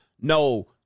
no